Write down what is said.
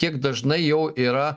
kiek dažnai jau yra